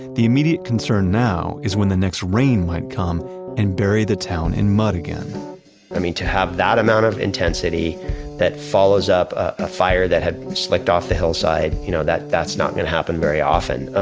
the immediate concern now is when the next rain might come and bury the town in mud again i mean to have that amount of intensity that follows up a fire that had slicked off the hillside, you know that that's not going to happen very often.